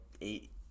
eight